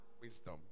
wisdom